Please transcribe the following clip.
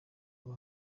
aba